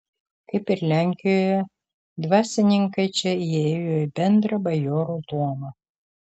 kaip ir lenkijoje dvasininkai čia įėjo į bendrą bajorų luomą